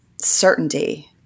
certainty